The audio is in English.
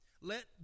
Let